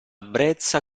brezza